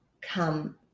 come